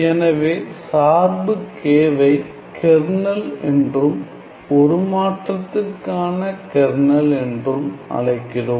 எனவே சார்பு K வை கெர்னல் என்றும் உருமாற்றத்திற்கான கெர்னல் என்றும் அழைக்கிறோம்